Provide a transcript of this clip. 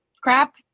crap